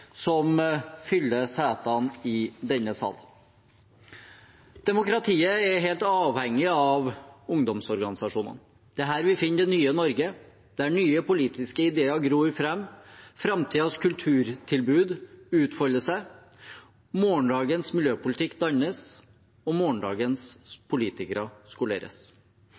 som fyller setene i denne salen. Demokratiet er helt avhengig av ungdomsorganisasjonene. Det er her vi finner det nye Norge, det er her nye politiske ideer gror fram, framtidens kulturtilbud utfolder seg, morgendagens miljøpolitikk dannes, og morgendagens politikere skoleres.